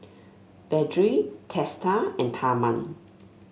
Vedre Teesta and Tharman